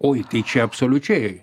oi tai čia absoliučiai